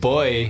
boy